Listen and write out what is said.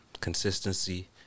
consistency